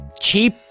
cheap